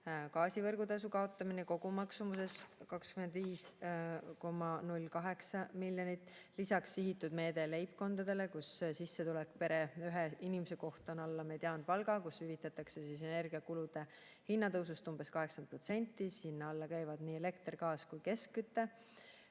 gaasi võrgutasu kaotamine kogumaksumuses 25,08 miljonit; lisaks sihitud meede leibkondadele, kus sissetulek pere ühe inimese kohta on alla mediaanpalga – neile hüvitatakse energiakulude hinna tõusust umbes 80%, sinna alla käivad nii elekter, gaas kui ka keskküte;